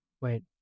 Wait